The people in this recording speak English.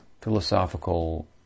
philosophical